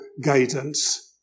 guidance